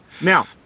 Now